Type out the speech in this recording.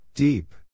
deep